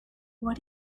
what